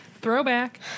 Throwback